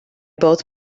both